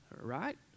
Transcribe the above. Right